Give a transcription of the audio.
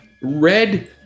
red